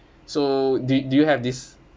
so do do you have this